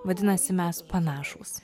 vadinasi mes panašūs